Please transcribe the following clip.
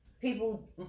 people